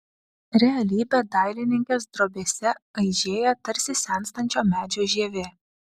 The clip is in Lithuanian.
realybė dailininkės drobėse aižėja tarsi senstančio medžio žievė